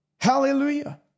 hallelujah